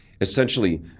essentially